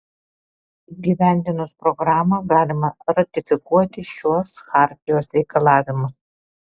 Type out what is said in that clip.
įgyvendinus programą galima ratifikuoti šiuos chartijos reikalavimus